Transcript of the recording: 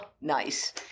nice